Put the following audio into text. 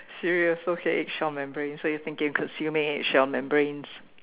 serious okay egg shell membranes so you are thinking consuming egg shell membranes